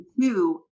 two